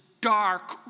dark